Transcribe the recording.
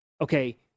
Okay